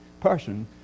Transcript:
person